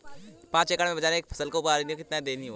पांच एकड़ में बाजरे की फसल को यूरिया कितनी देनी होगी?